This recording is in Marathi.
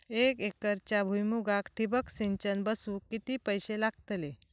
एक एकरच्या भुईमुगाक ठिबक सिंचन बसवूक किती पैशे लागतले?